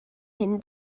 hyn